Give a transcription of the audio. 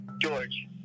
George